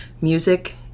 music